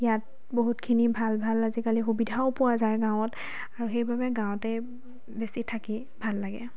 ইয়াত বহুতখিনি ভাল ভাল আজিকালি সুবিধাও পোৱা যায় গাঁৱত আৰু সেইবাবে গাঁৱতেই বেছি থাকি ভাল লাগে